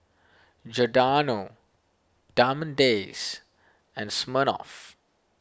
Giordano Diamond Days and Smirnoff